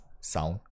sound